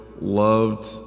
loved